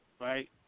Right